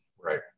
Right